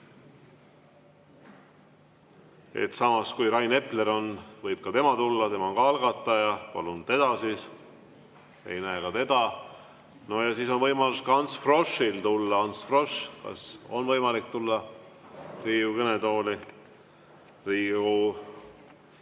Samas, kui Rain Epler siin on, siis võib ka tema tulla, tema on ka algataja. Palun teda siis. Ei näe ka teda. No ja siis on võimalus Ants Froschil tulla. Ants Frosch, kas on võimalik tulla Riigikogu kõnetooli? Riigikogu